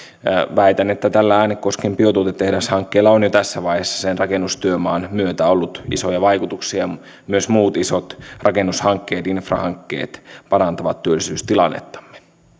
väitän että äänekosken biotuotetehdashankkeella on jo tässä vaiheessa sen rakennustyömaan myötä ollut isoja vaikutuksia myös muut isot rakennushankkeet infrahankkeet parantavat työllisyystilannettamme